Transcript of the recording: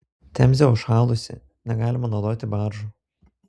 temzė užšalusi negalima naudoti baržų